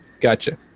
gotcha